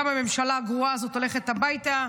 גם הממשלה הגרועה הזאת הולכת הביתה,